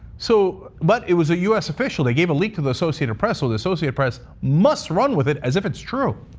so but it was a u s. official. they gave a leak to the associated press. so the associated press must run with it as if it's true.